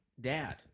dad